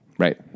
Right